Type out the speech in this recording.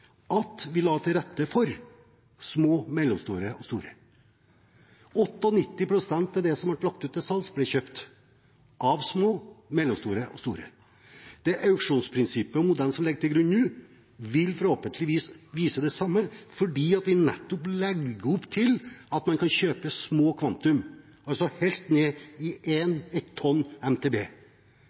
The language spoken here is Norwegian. at vi la til rette for små, mellomstore og store– 98 pst. av det som ble lagt ut for salg, ble kjøpt av små, mellomstore og store. Det auksjonsprinsippet og den modellen som legges til grunn nå, vil forhåpentligvis vise det samme fordi vi nettopp legger opp til at man kan kjøpe små kvantum, helt ned i 1 tonn MTB.